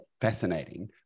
fascinating